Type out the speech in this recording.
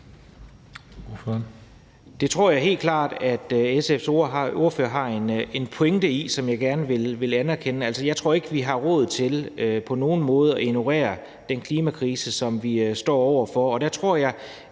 Det tror jeg helt klart at SF's ordfører har en pointe i og det vil jeg gerne anerkende. Jeg tror ikke, vi på nogen måde har råd til at ignorere den klimakrise, som vi står over for,